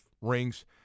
rings